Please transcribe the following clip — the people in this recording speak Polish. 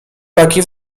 taki